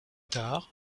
tard